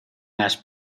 las